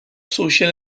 social